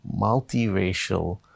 multiracial